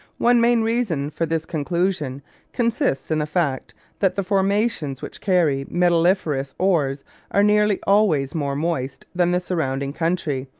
one main reason for this conclusion consists in the fact that the formations which carry metalliferous ores are nearly always more moist than the surrounding country,